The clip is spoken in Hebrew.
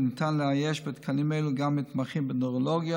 וניתן לאייש בתקנים אלו גם מתמחים בנוירולוגיה,